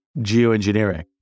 geoengineering